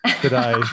today